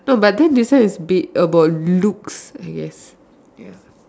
no but then this one is bit about looks yes ya